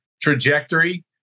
trajectory